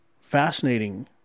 fascinating